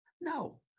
No